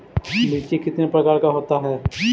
मिर्ची कितने प्रकार का होता है?